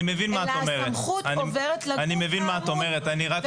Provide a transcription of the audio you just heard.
אלא הסמכות עוברת לגוף --- ומשרד